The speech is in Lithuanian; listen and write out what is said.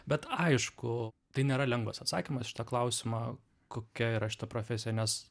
bet aišku tai nėra lengvas atsakymas į šitą klausimą kokia yra šita profesija nes